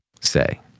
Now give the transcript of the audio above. say